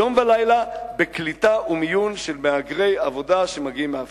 יום ולילה בקליטה ומיון של מהגרי עבודה שמגיעים מאפריקה.